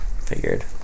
Figured